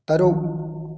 ꯇꯔꯨꯛ